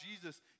Jesus